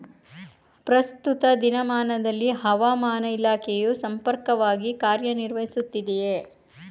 ಪ್ರಸ್ತುತ ದಿನಮಾನದಲ್ಲಿ ಹವಾಮಾನ ಇಲಾಖೆಯು ಸಮರ್ಪಕವಾಗಿ ಕಾರ್ಯ ನಿರ್ವಹಿಸುತ್ತಿದೆಯೇ?